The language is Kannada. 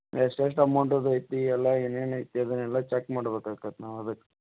ಎಷ್ಟು ಎಷ್ಟು ಅಮೌಂಟದು ಐತಿ ಎಲ್ಲಾ ಏನೇನು ಐತಿ ಅದನ್ನೆಲ್ಲ ಚೆಕ್ ಮಾಡ್ಬೇಕು ಆಕತಿ ನಾವು ಅದಕ್ಕೆ